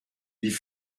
die